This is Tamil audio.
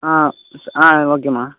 ஆ ஆ ஓகேமா